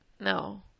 no